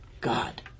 God